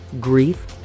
grief